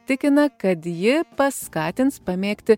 tikina kad ji paskatins pamėgti